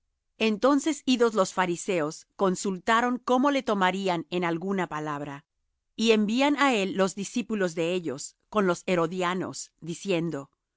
entonces idos los fariseos consultaron cómo le tomarían en alguna palabra y envían á él los discípulos de ellos con los herodianos diciendo